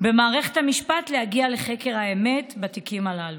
במערכת המשפט להגיע לחקר האמת בתיקים הללו,